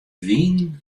wyn